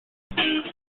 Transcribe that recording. show